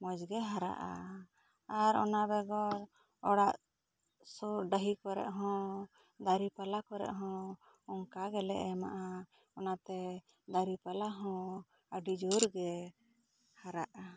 ᱢᱚᱡᱽ ᱜᱮ ᱦᱟᱨᱟᱜᱼᱟ ᱟᱨ ᱚᱱᱟ ᱵᱮᱜᱚᱨ ᱚᱲᱟᱜ ᱥᱳᱨ ᱰᱟᱺᱦᱤ ᱠᱚᱨᱮ ᱦᱚᱸ ᱫᱟᱹᱨᱤ ᱯᱟᱞᱟ ᱠᱚᱨᱮ ᱦᱚᱸ ᱚᱱᱠᱟ ᱜᱮᱞᱮ ᱮᱢᱟᱜᱼᱟ ᱚᱱᱟᱛᱮ ᱫᱟᱨᱮ ᱯᱟᱞᱟ ᱦᱚᱸ ᱟᱹᱰᱤ ᱡᱩᱨ ᱜᱮ ᱦᱟᱨᱟᱜᱼᱟ